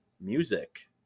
music